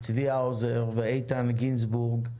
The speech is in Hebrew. צבי האוזר ואיתן גינזבורג,